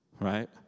right